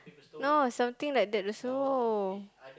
no something like that also